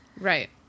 Right